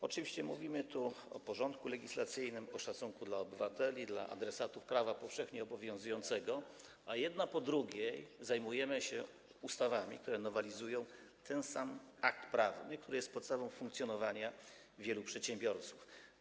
Oczywiście mówimy tu o porządku legislacyjnym, o szacunku dla obywateli, dla adresatów prawa powszechnie obowiązującego, a zajmujemy się ustawami jedna po drugiej, które nowelizują ten sam akt prawny, który jest podstawą funkcjonowania wielu przedsiębiorców.